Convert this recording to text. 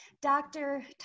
Dr